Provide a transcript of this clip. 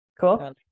Cool